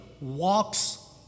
walks